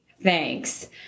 thanks